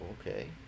Okay